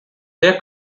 they